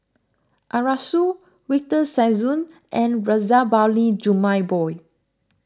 Arasu Victor Sassoon and Razabali Jumabhoy